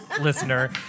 listener